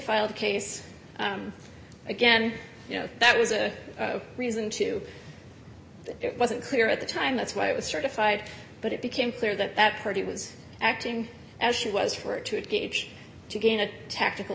filed case again you know that was a reason to it wasn't clear at the time that's why it was certified but it became clear that that party was acting as she was for it to engage to gain a tactical